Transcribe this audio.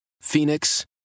Phoenix